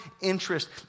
interest